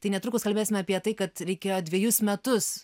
tai netrukus kalbėsime apie tai kad reikėjo dvejus metus